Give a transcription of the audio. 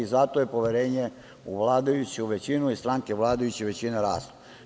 Zato je poverenje u vladajuću većinu i stranke vladajuće većine rastu.